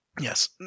Yes